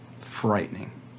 frightening